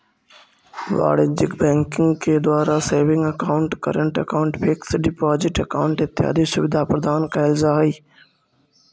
वाणिज्यिक बैंकिंग के द्वारा saving account, current account, fix deposit account इत्यादि सुविधा प्रदान कैल जा हइ